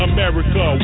America